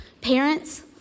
Parents